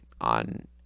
on